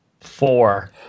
Four